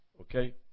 okay